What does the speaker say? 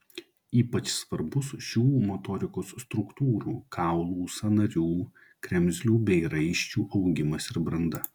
ypač svarbus šių motorikos struktūrų kaulų sąnarių kremzlių bei raiščių augimas ir branda